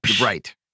right